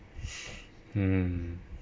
hmm